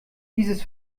dieses